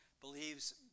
believes